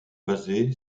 basé